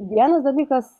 vienas dalykas